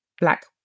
black